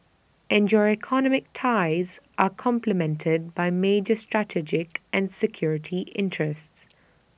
and your economic ties are complemented by major strategic and security interests